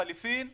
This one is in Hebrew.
לחליפין,